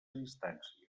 distància